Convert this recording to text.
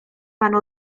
pan